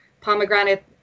pomegranate